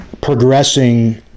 progressing